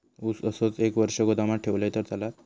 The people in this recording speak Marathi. ऊस असोच एक वर्ष गोदामात ठेवलंय तर चालात?